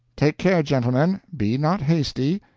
take care, gentlemen be not hasty.